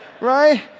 right